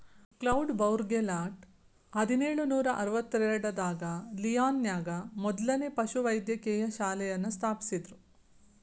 cloud Bourgelat ಹದಿನೇಳು ನೂರಾ ಅರವತ್ತೆರಡರಾಗ ಲಿಯಾನ್ ನ್ಯಾಗ ಮೊದ್ಲನೇ ಪಶುವೈದ್ಯಕೇಯ ಶಾಲೆಯನ್ನ ಸ್ಥಾಪಿಸಿದ್ರು